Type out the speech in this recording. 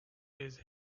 his